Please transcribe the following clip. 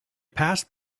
passed